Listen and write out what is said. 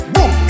Boom